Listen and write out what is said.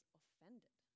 offended